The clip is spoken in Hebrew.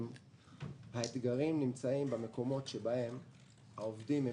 האתגרים נמצאים במקומות שבהם העובדים הם